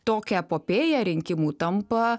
tokią epopėją rinkimų tampa